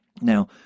Now